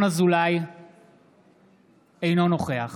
אינו נוכח